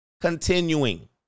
Continuing